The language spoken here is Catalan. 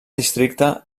districte